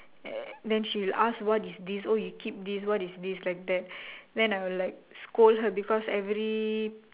err then she'll ask what is this oh you keep this what is this like that then I will like scold her because every